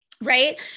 right